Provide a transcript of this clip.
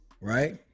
Right